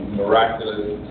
miraculous